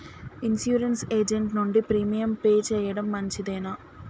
Insurance agent నుండి premium pay చేయడం మంచిదేనా?